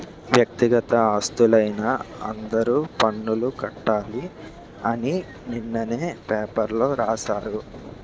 వ్యక్తిగత ఆస్తులైన అందరూ పన్నులు కట్టాలి అని నిన్ననే పేపర్లో రాశారు